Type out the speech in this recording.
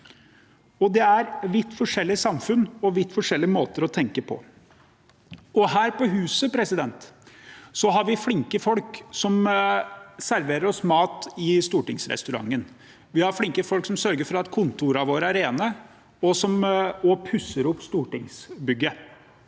Det er vidt forskjellige samfunn og vidt forskjellige måter å tenke på. Her på huset har vi flinke folk som serverer oss mat i stortingsrestauranten. Vi har flinke folk som sørger for at kontorene våre er rene, og som pusser opp stortingsbygget.